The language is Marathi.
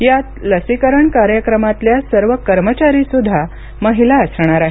यात लसीकरण कार्यक्रमातल्या सर्व कर्मचारीसुद्धा महिला असणार आहेत